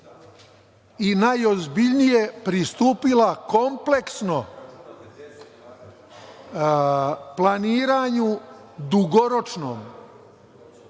i najozbiljnije pristupila kompleksno planiranju dugoročnom